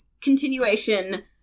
continuation